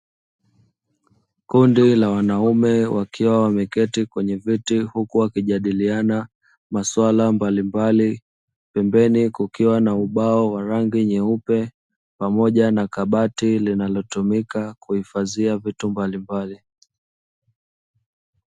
Kundi la wanaume wakiwa wameketi kwenye viti huku wakijadiliana masuala mbalimbali, pembeni kukiwa na ubao wa rangi nyeupe pamoja na kabati linalotumika kuhifadhia vitu mbalimbali.